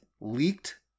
leaked